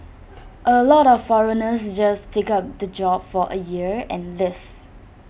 A lot of foreigners just take up the job for A year and leave